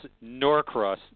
Norcross